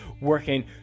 working